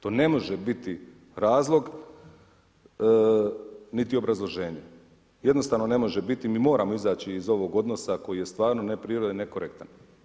To ne može biti razlog niti obrazloženje, jednostavno ne može biti pa moramo izaći iz ovog odnosa koji je stvarno neprirodan i nekorektan.